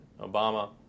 Obama